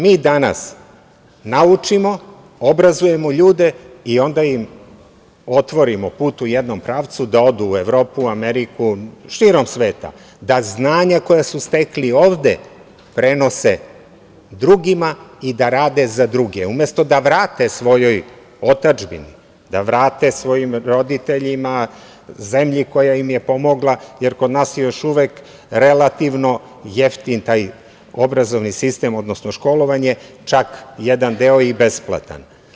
Mi danas naučimo, obrazujemo ljude i onda im otvorimo put u jednom pravcu da odu u Evropu, Ameriku, širom sveta da znanja koja su stekli ovde prenose drugima i da rade za druge, umesto da vrate svojoj otadžbini, da vrate svojim roditeljima, zemlji koja im je pomogla, jer kod nas je još uvek relativno jeftin taj obrazovni sistem, odnosno školovanje, čak jedan deo je i besplatan.